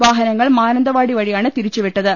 വാഹനങ്ങൾ മാനന്തവാടി വഴിയാണ് തിരിച്ചുവിട്ടത്